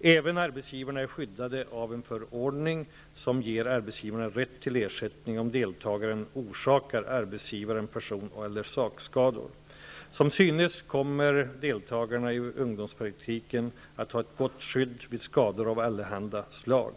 Även arbetsgivarna är skyddade av en förordning som ger arbetsgivaren rätt till ersättning om deltagaren orsakar arbetsgivaren person eller sakskador. Som synes kommer deltagarna i ungdomspraktiken att ha ett gott skydd vid skador av allehanda slag.